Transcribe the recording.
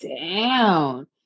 down